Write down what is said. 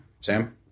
Sam